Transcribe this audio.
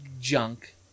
junk